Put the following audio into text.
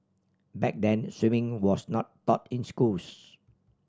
back then swimming was not taught in schools